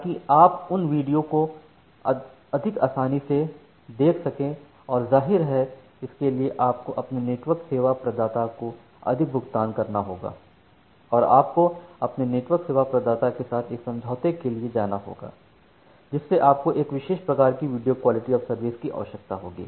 ताकि आप उन वीडियो को अधिक आसानी से देख सकें और जाहिर है इसके लिए आपको अपने नेटवर्क सेवा प्रदाता को अधिक भुगतान करना होगा और आपको अपने नेटवर्क सेवा प्रदाता के साथ एक समझौते के लिए जाना होगा जिससे आपको एक विशेष प्रकार की वीडियो क्वालिटी ऑफ़ सर्विस की आवश्यकता होगी